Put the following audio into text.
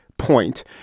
Point